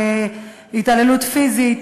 התעללות פיזית,